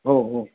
हो हो